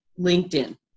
LinkedIn